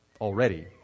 already